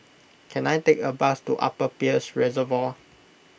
can I take a bus to Upper Peirce Reservoir